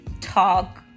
talk